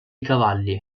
cavalli